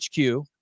HQ